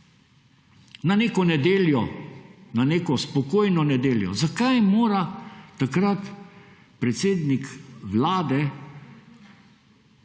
na neko nedeljo, na neko spokojno nedeljo, zakaj mora takrat predsednik Vlade